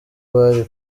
bari